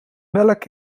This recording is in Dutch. melk